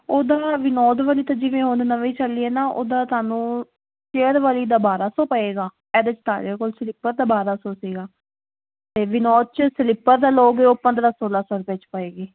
ਉਹਦਾ ਵਿਨੋਦ ਵਾਲੀ ਤਾਂ ਜਿਵੇਂ ਹੁਣ ਨਵੀਂ ਚੱਲੀਏ ਏ ਨਾ ਉਹਦਾ ਤੁਹਾਨੂੰ ਚੇਅਰ ਵਾਲੀ ਦਾ ਬਾਰਾਂ ਸੌ ਪਏਗਾ ਇਹਦੇ ਚ ਤਾਂ ਸਲਿੱਪਰ ਦਾ ਬਾਰਾਂ ਸੌ ਸੀਗਾ ਤੇ ਵਿਨੋਦ ਚ ਸਲਿੱਪਰ ਦਾ ਲੋਗੇ ਉਹ ਪੰਦਰਾਂ ਸੌਲਾਂ ਸੌ ਰੁਪਏ ਚ ਪਏਗੀ